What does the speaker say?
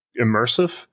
immersive